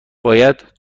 باید